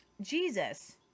Jesus